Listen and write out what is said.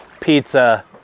pizza